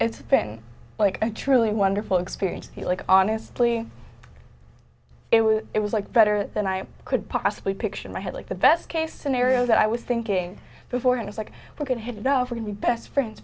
it's been like a truly wonderful experience like honestly it was it was like better than i could possibly picture in my head like the best case scenario that i was thinking before and it's like we're going to head over to best friends